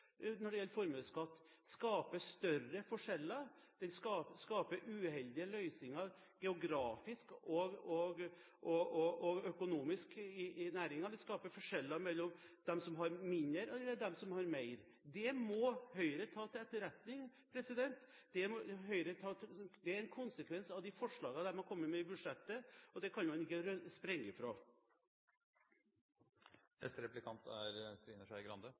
når det gjelder formuesskatt, skaper større forskjeller, og den skaper uheldige løsninger geografisk og økonomisk i næringen. Den skaper forskjeller mellom dem som har mindre, og dem som har mer. Det må Høyre ta til etterretning. Dette er en konsekvens av de forslagene som man har kommet med i budsjettet, og det kan man ikke springe ifra.